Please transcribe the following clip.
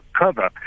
Cover